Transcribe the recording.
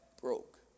broke